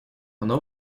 она